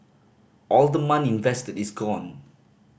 all the money invested is gone